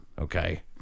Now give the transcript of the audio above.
okay